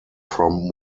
from